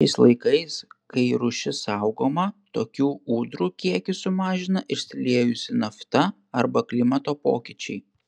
šiais laikais kai rūšis saugoma tokių ūdrų kiekį sumažina išsiliejusi nafta arba klimato pokyčiai